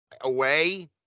away